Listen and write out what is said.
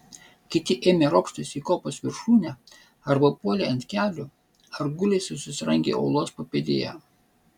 kiti ėmė ropštis į kopos viršūnę arba puolė ant kelių ar gulėsi susirangę uolos papėdėje